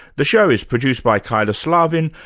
the show is produced by kyla slaven,